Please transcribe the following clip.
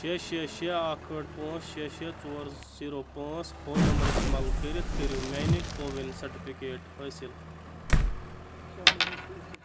شےٚ شےٚ شےٚ اَکھ ٲٹھ پانژھ شےٚ شےٚ ژور زیٖرو پانژھ فون نَمبر اِستعمال کٔرِتھ کٔرِو میانہِ کووِن سیٹفکیٹ حٲصِل